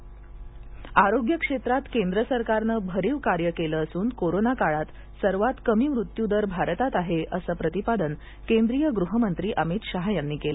अमित शहा आरोग्य क्षेत्रात केंद्रसरकारनं भरीव कार्य केलं असून कोरोना काळात सर्वात कमी मृत्यू दर भारतात आहे असं प्रतिपादन केंद्रिय गृहमंत्री अमित शाहा यांनी काल केलं